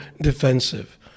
defensive